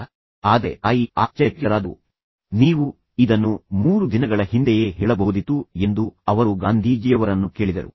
ಆದ್ದರಿಂದ ಮಗ ಹೇಳಿದ ಆದರೆ ತಾಯಿ ಆಶ್ಚರ್ಯಚಕಿತರಾದರು ನೀವು ಇದನ್ನು 3 ದಿನಗಳ ಹಿಂದೆಯೇ ಹೇಳಬಹುದಿತ್ತು ಎಂದು ಅವರು ಗಾಂಧೀಜಿಯವರನ್ನು ಕೇಳಿದರು